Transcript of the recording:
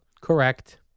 Correct